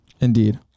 Indeed